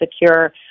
secure